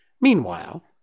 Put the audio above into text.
Meanwhile